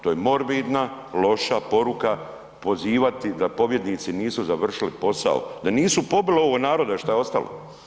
To je morbidna, loša poruka, pozivati da pobjednici nisu završili posao, da nisu pobili ovo naroda šta je ostalo.